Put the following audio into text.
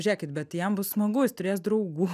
žėkit bet jam bus smagu jis turės draugų